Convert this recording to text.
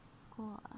School